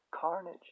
Carnage